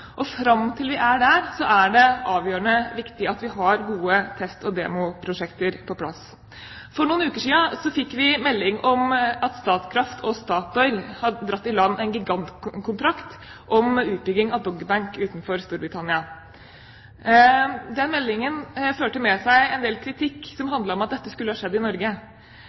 verden. Fram til vi er der, er det avgjørende viktig at vi har gode test- og demoprosjekter på plass. For noen uker siden fikk vi melding om at Statkraft og Statoil har dratt i land en gigantkontrakt om utbygging av Doggerbank utenfor Storbritannia. Den meldingen førte med seg en del kritikk som handlet om at dette skulle ha skjedd i Norge.